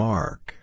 Mark